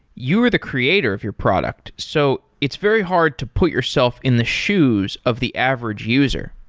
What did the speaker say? you're the creator of your product. so it's very hard to put yourself in the shoes of the average user.